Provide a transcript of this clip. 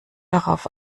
darauf